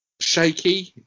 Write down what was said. Shaky